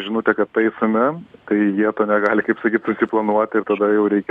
žinutę kad taisome tai jie to negali kaip sakyt susiplanuoti ir tada jau reikia